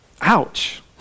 ouch